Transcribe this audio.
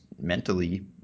mentally